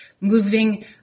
moving